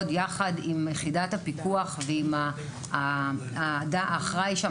יחד עם יחידת הפיקוח ועם האחראי שם,